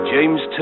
James